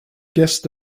guest